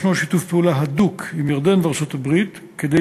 יש שיתוף פעולה הדוק עם ירדן וארצות-הברית כדי